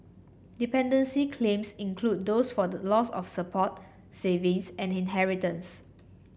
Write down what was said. dependency claims include those for the loss of support savings and inheritance